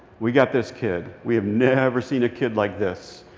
we got this kid. we have never seen a kid like this.